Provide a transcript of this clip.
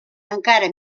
encara